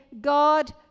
God